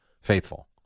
faithful